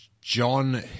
John